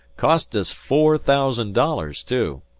cost us four thousand dollars, too.